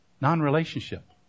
non-relationship